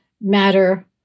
matter